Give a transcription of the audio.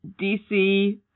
DC